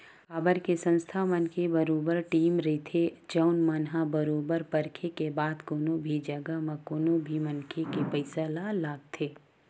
काबर के संस्था मन के बरोबर टीम रहिथे जउन मन ह बरोबर परखे के बाद कोनो भी जघा म कोनो भी मनखे के पइसा ल लगाथे